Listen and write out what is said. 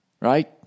right